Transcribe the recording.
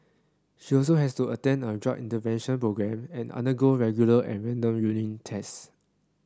she also has to attend a drug intervention programme and undergo regular and random urine tests